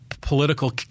political